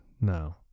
no